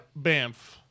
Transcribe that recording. bamf